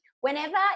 whenever